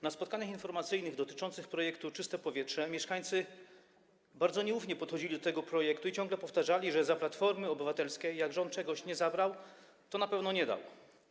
Na spotkaniach informacyjnych dotyczących projektu „Czyste powietrze” mieszkańcy bardzo nieufnie podchodzili do tego projektu i ciągle powtarzali, że za Platformy Obywatelskiej rząd, jak czegoś nie zabrał, to na pewno nie dał.